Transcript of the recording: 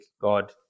god